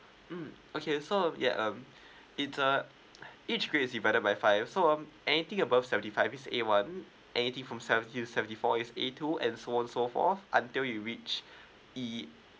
mm okay so yeah um it's uh each grade divided by five so um anything above seventy five is A one anything from seventy three to seventy four is A two and so on so forth until you reach E